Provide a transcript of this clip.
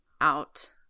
out